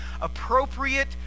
appropriate